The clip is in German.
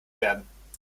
werden